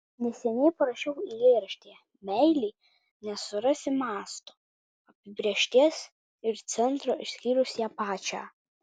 neseniai parašiau eilėraštyje meilei nesurasi masto apibrėžties ir centro išskyrus ją pačią